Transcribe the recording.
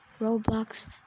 roblox